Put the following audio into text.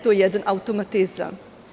To je jedan automatizam.